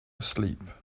asleep